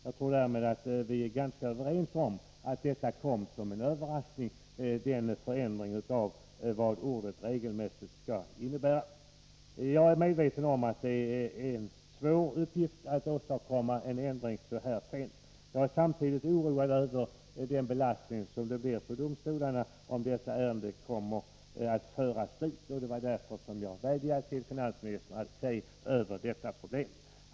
Jag tror därför att vi är ganska överens om att förändringen av innebörden av ordet ”regelmässigt” kom som en överraskning. Jag är medveten om att det är svårt att åstadkomma en ändring så här sent. Samtidigt oroas jag över belastningen på domstolarna, om dessa ärenden förs vidare. Det var därför som jag vädjade om att finansministern skulle se över problemet.